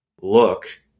look